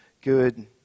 good